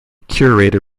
curator